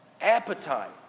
Appetite